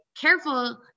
careful